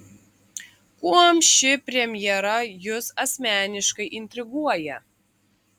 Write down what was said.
kuom ši premjera jus asmeniškai intriguoja